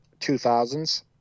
2000s